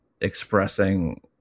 expressing